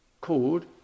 called